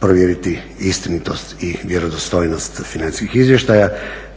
provjeriti istinitost i vjerodostojnost financijskih izvještaja